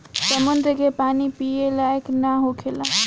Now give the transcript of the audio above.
समुंद्र के पानी पिए लायक ना होखेला